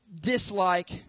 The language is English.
dislike